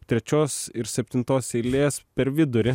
trečios ir septintos eilės per vidurį